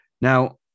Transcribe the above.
now